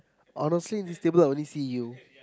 honestly this table I only see you